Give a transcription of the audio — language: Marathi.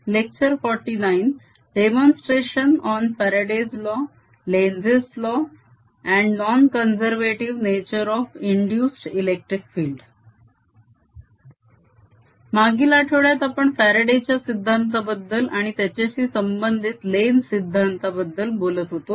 demonstration on Faraday's law Lenz's law and nonconservative nature of induced electric field मागिल आठवडयात आपण फ्यारडेच्या सिद्धांताबद्दल आणि त्याच्याशी संबंधित लेन्झ सिद्धांत बद्दल बोलत होतो